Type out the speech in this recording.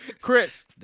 Chris